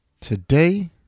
Today